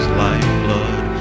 lifeblood